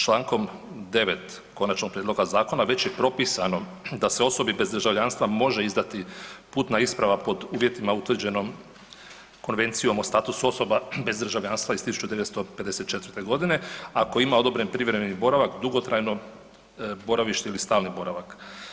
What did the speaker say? Člankom 9. Konačnog prijedloga zakona već je propisano da se osobi bez državljanstva može izdati putna isprava pod uvjetima utvrđenom Konvencijom o statusu osoba bez državljanstva iz 1954. godine ako ima odobren privremeni boravak, dugotrajno boravište ili stalni boravak.